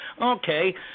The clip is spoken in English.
okay